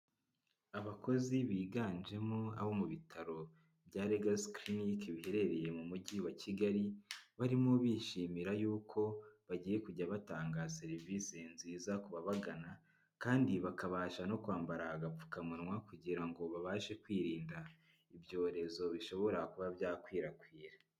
Abakozi biganjemo abo mu bitaro bya LEGACY CLINIC, biherereye mu mujyi wa Kigali barimo bishimira y'uko bagiye kujya batanga serivisi nziza kubabagana kandi bakabasha no kwambara agapfukamunwa kugira ngo babashe kwirinda, ibyorezo bishobora kuba byakwirakwira.